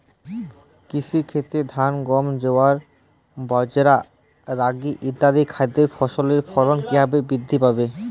কৃষির ক্ষেত্রে ধান গম জোয়ার বাজরা রাগি ইত্যাদি খাদ্য ফসলের ফলন কীভাবে বৃদ্ধি পাবে?